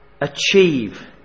achieve